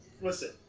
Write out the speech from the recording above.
Listen